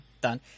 done